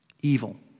Evil